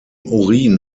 urin